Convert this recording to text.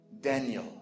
Daniel